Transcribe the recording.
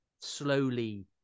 slowly